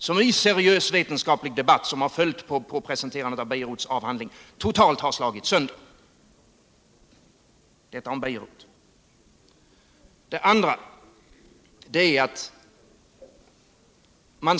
I den seriösa vetenskapliga debatt som har följt på presenterandet av Bejerots avhandling har den totalt slagits sönder. Detta om Bejerot.